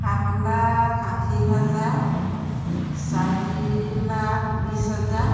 সাত লাখ আশী হাজাৰ চাৰি লাখ বিশ হাজাৰ